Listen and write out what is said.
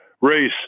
race